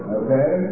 okay